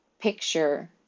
Picture